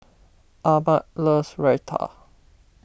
Ahmed loves Raita